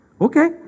okay